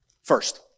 First